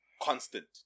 Constant